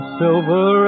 silver